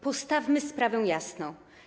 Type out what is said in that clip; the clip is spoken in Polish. Postawmy sprawę jasno.